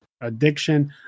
addiction